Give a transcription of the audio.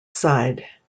side